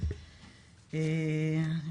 תודה שהזמנתם אותי לדיון החשוב הזה.